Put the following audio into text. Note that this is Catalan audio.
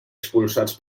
expulsats